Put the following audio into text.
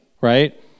right